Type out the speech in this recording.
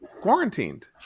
quarantined